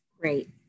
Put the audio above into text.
Great